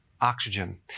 oxygen